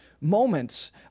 moments